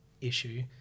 issue